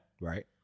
Right